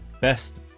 best